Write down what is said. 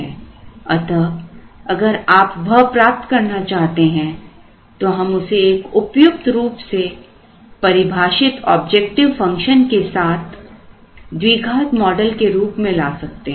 अतः अगर आप वह प्राप्त करना चाहते हैं तो हम उसे एक उपयुक्त रूप से परिभाषित ऑब्जेक्टिव फंक्शन के साथ द्विघात मॉडल के रूप में ला सकते हैं